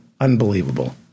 unbelievable